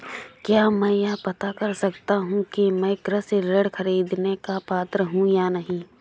क्या मैं यह पता कर सकता हूँ कि मैं कृषि ऋण ख़रीदने का पात्र हूँ या नहीं?